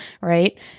right